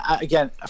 again